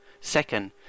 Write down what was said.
Second